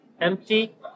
empty